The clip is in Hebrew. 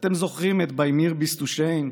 / אתם זוכרים את 'ביי מיר ביסטו שין'?